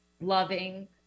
loving